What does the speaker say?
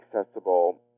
accessible